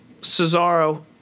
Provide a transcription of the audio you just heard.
Cesaro